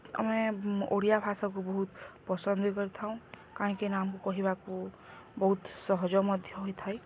ଆମେ ଓଡ଼ିଆ ଭାଷାକୁ ବହୁତ ପସନ୍ଦ ବି କରିଥାଉ କାହିଁକିନା ଆମକୁ କହିବାକୁ ବହୁତ ସହଜ ମଧ୍ୟ ହୋଇଥାଏ